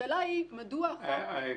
השאלה היא מדוע החוק --- גברתי,